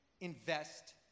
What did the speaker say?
invest